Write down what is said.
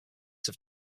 have